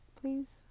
please